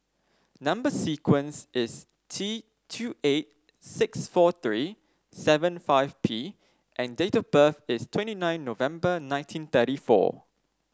number sequence is T two eight six four three seven five P and date of birth is twenty nine November nineteen thirty four